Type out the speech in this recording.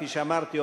כפי שאמרתי,